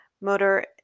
motor